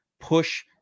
push